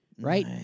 Right